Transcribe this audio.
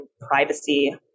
privacy